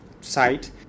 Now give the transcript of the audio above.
site